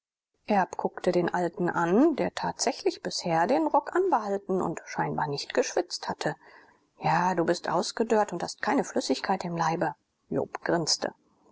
erb guckte den alten an der tatsächlich bisher den rock anbehalten und scheinbar nicht geschwitzt hatte ja du bist ausgedörrt und hast keine flüssigkeit im leibe jobst grinste